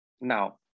now